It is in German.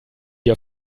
dir